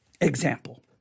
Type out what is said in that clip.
example